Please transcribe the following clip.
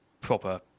proper